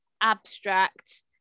abstract